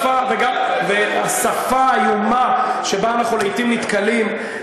השפה האיומה שבה אנחנו לעתים נתקלים,